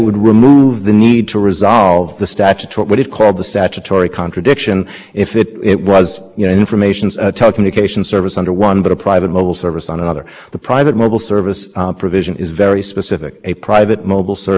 general definition it specifically rates relates to mobile broadband service and in addition i think to the extent there's any contradiction in the statute there are two things that ought to influence how it's resolved one is that the default in the statute clearly is no common carr